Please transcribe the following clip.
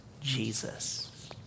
Jesus